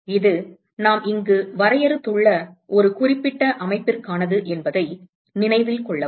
இது நாம் இங்கு வரையறுத்துள்ள ஒரு குறிப்பிட்ட அமைப்பிற்கானது என்பதை நினைவில் கொள்ளவும்